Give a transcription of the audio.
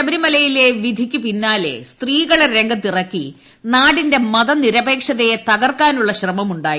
ശബരിമലയിലെ വിധിക്കു പിന്നാലെ സ്ത്രീകളെ രംഗത്തിറക്കി നാടിന്റെ മതനിരപേക്ഷതയെ തകർക്കാനുള്ള ശ്രമമുണ്ടായി